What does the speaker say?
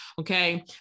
Okay